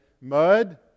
mud